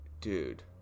dude